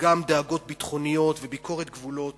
וגם דאגות ביטחוניות וביקורת גבולות